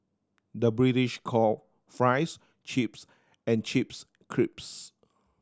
the British call fries chips and chips